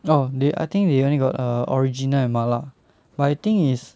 orh they I think they you only got err original and 麻辣 but I think is